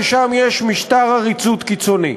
ששם יש משטר עריצות קיצוני.